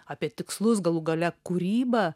apie tikslus galų gale kūrybą